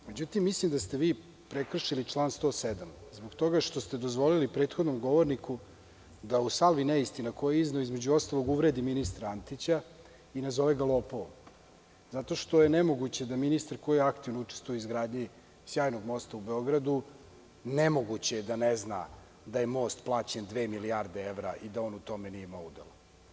Međutim, mislim da ste vi prekršili član 107. zbog toga što ste dozvolili prethodnom govorniku da u salvi neistina koje je izneo između ostalog uvredi i ministra Antića i nazove ga lopovom, zato što je nemoguće da ministar koji aktivno učestvuje u izgradnji sjajnog mosta u Beogradu ne zna da je most plaćen dve milijarde evra i da on u tome nije imao udela.